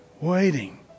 waiting